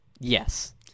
yes